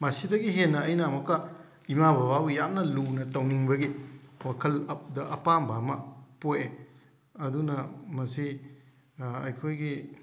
ꯃꯁꯤꯗꯒꯤ ꯍꯦꯟꯅ ꯑꯩꯅ ꯑꯃꯨꯛꯀ ꯏꯃꯥ ꯕꯥꯕꯕꯨ ꯌꯥꯝꯅ ꯂꯨꯅ ꯇꯧꯅꯤꯡꯕꯒꯤ ꯋꯥꯈꯜ ꯑꯄꯥꯝꯕ ꯑꯃ ꯄꯣꯛꯑꯦ ꯑꯗꯨꯅ ꯃꯁꯤ ꯑꯩꯈꯣꯏꯒꯤ